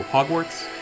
Hogwarts